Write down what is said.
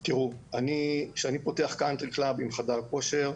תראו, כשאני פותח קאונטרי קלאב עם חדר כושר,